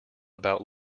about